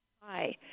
Hi